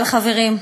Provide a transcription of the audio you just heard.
אבל, חברים,